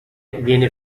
viene